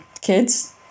kids